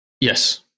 Yes